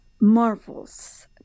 marvels